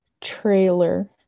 trailer